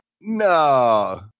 No